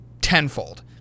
tenfold